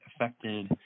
affected